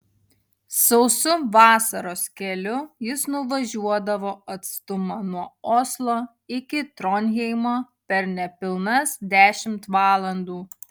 sausu vasaros keliu jis nuvažiuodavo atstumą nuo oslo iki tronheimo per nepilnas dešimt valandų